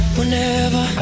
Whenever